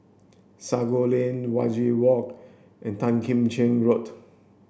Sago Lane Wajek Walk and Tan Kim Cheng Road